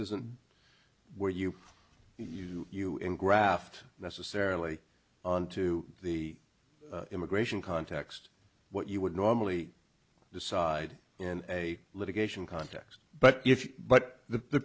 isn't where you you you engraft necessarily onto the immigration context what you would normally decide in a litigation context but if but the